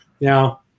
Now